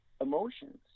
emotions